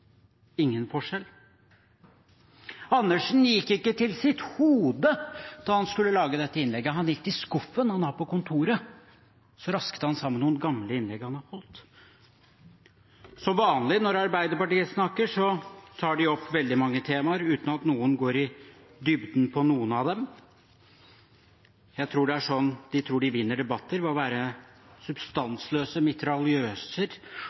ingen forskjell. Andersen gikk ikke til sitt hode da han skulle lage dette innlegget. Han gikk i den skuffen han har på kontoret, og så rasket han sammen noen gamle innlegg han har holdt. Som vanlig når Arbeiderpartiet snakker, tar de opp veldig mange temaer, uten at noen går i dybden på noen av dem. Jeg tror det er slik de tror de vinner debatter – ved å være